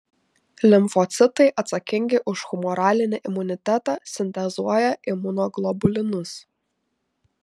limfocitai atsakingi už humoralinį imunitetą sintezuoja imunoglobulinus